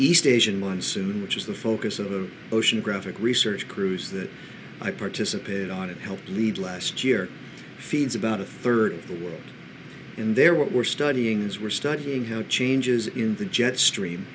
east asian monsoon which is the focus of a oceanographic research cruise that i participated on it helped lead last year feeds about a third of the world in there what we're studying is we're studying how changes in the jet stream